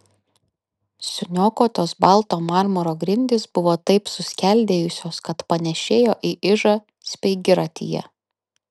suniokotos balto marmuro grindys buvo taip suskeldėjusios kad panėšėjo į ižą speigiratyje